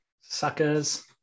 Suckers